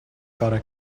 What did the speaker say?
gotta